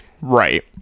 Right